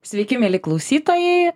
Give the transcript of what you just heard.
sveiki mieli klausytojai